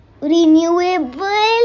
renewable